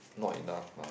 not enough lah